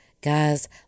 Guys